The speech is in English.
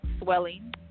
swelling